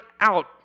out